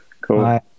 Cool